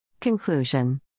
Conclusion